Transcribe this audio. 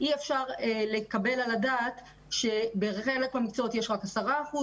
אי-אפשר להעלות על הדעת שבחלק מהמקצועות יש 10%,